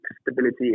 stability